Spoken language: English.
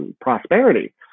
prosperity